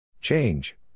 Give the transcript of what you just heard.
Change